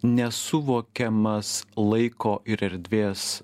nesuvokiamas laiko ir erdvės